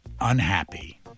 unhappy